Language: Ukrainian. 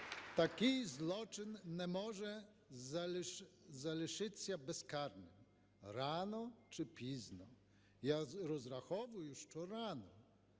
Такий злочин не може залишитися безкарним рано чи пізно. Я розраховую, що рано.